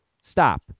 Stop